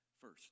First